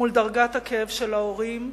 מול דרגת הכאב של ההורים.